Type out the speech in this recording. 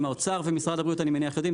האוצר ומשרד הבריאות, אני מניח, יודעים.